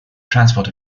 transport